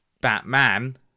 batman